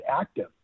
active